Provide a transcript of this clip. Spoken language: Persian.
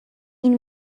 این